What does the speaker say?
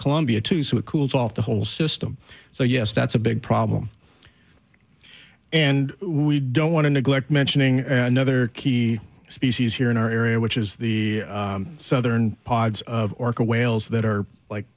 columbia too so it cools off the whole system so yes that's a big problem and we don't want to neglect mentioning another key species here in our area which is the southern pods of orca whales that are like